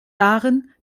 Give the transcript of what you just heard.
darin